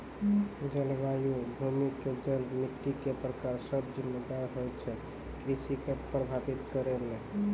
जलवायु, भूमि के जल, मिट्टी के प्रकार सब जिम्मेदार होय छै कृषि कॅ प्रभावित करै मॅ